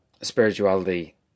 Spirituality